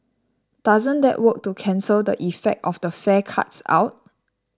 doesn't that work to cancel the effect of the fare cuts out